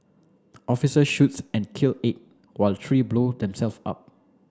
officers shoots and kill eight while three blow themselves up